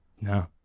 No